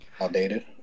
outdated